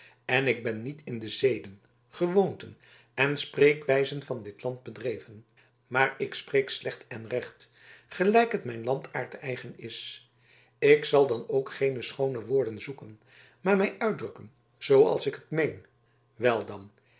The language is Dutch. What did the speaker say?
en ik ben niet in de zeden gewoonten en spreekwijzen van dit land bedreven maar ik spreek slecht en recht gelijk het mijn landaard eigen is ik zal dan ook geen schoone woorden zoeken maar mij uitdrukken zooals ik het meen wel dan